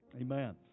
Amen